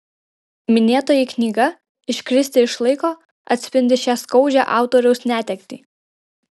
minėtoji knyga iškristi iš laiko atspindi šią skaudžią autoriaus netektį